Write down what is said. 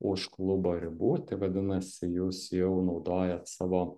už klubo ribų tai vadinasi jūs jau naudojat savo